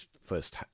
first